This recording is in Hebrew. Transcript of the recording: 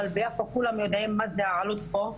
אבל ביפו כולם יודעים מזה העלות פה,